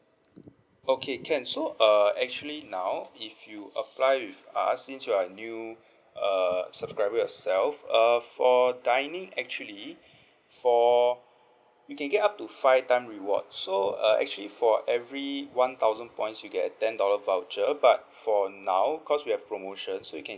okay can so uh actually now if you apply with us since you are a new err subscriber yourself err for dining actually for you can get up to five time rewards so uh actually for every one thousand points you get a ten dollar voucher but for now because we have a promotion so you can